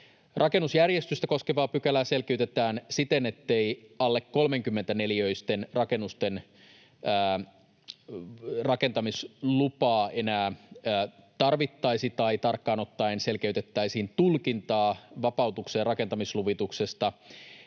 Rakennusjärjestystä koskevaa pykälää selkiytetään siten, ettei alle 30-neliöisten rakennusten rakentamislupaa enää tarvittaisi — tai tarkkaan ottaen selkeytettäisiin tulkintaa vapautukseen rakentamisluvituksesta